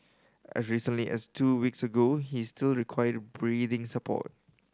as recently as two weeks ago he still required breathing support